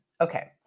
Okay